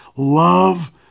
Love